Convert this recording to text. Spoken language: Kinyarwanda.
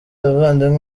abavandimwe